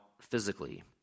physically